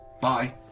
Bye